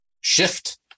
Shift